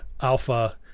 alpha –